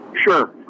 Sure